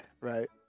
right